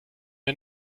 der